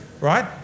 right